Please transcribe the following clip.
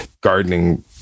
gardening